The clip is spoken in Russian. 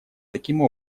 таким